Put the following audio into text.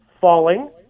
Falling